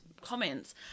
comments